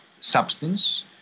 substance